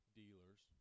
dealers